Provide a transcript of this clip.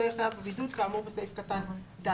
יהיה חייב בבידוד כאמור בסעיף קטן (ד)".